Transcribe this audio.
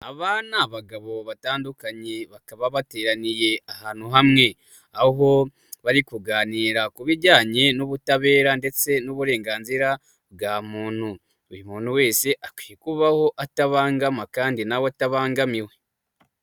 Aba ni abagabo batandukanye, bakaba bateraniye ahantu hamwe, aho bari kuganira ku bijyanye n'ubutabera ndetse n'uburenganzira bwa muntu. Buri muntu wese akwiye kubaho atabangama kandi nawe atabangamiwe.